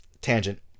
tangent